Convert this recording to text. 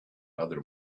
other